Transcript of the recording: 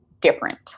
different